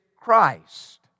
Christ